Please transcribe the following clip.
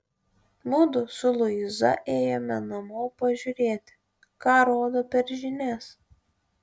mudu su luiza ėjome namo pažiūrėti ką rodo per žinias